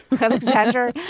Alexander